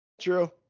True